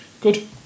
good